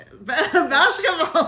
Basketball